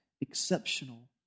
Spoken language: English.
exceptional